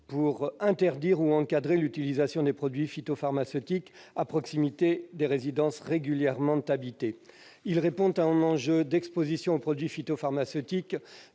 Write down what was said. pour interdire ou encadrer l'utilisation des produits phytopharmaceutiques à proximité des résidences régulièrement habitées. Il répond à un enjeu d'exposition aux produits phytopharmaceutiques